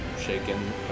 shaken